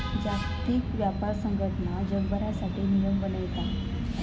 जागतिक व्यापार संघटना जगभरासाठी नियम बनयता